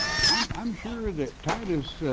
i'm i'm sure that titus,